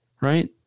right